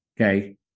Okay